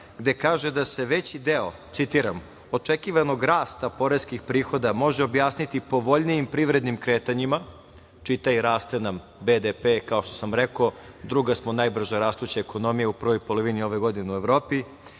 gde kaže da se veći deo, citiram – očekivanog rasta poreskih prihoda može objasniti povoljnijim privrednim kretanjima, čitaj – raste nam BDP kao što sam vam rekao, druga samo najbrža rastuća ekonomija u prvoj polovini ove godine u Evropi.